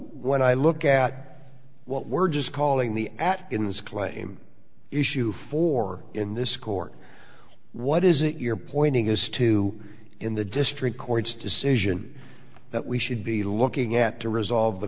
when i look at what we're just calling the atkins claim issue for in this court what is it your pointing is to in the district court's decision that we should be looking at to resolve the